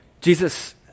Jesus